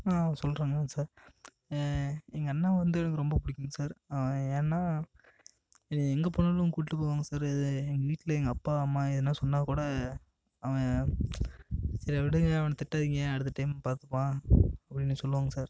ஆ சொல்லுறேங்க சார் எங்கள் அண்ணாவை வந்து எனக்கு ரொம்ப பிடிக்குங் சார் அவன் ஏன்னா எங்கே போனாலும் கூட்டு போவாங்க சார் அது எங்கள் வீட்டில எங்கள் அப்பா அம்மா எதனா சொன்னால் கூட அவன் சரி விடுங்கள் அவனை திட்டாதீங்க அடுத்த டைம் பார்த்துப்பான் அப்படின்னு சொல்லுவாங்க சார்